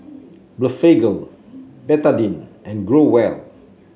Blephagel Betadine and Growell